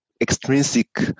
extrinsic